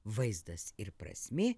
vaizdas ir prasmė